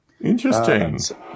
interesting